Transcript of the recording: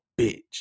bitch